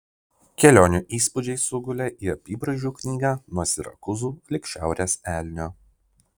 kelionių įspūdžiai sugulė į apybraižų knygą nuo sirakūzų lig šiaurės elnio